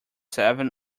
seven